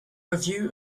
review